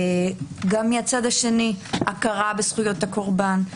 גם מהצד השני, הכרה בזכויות הקרבן.